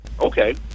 Okay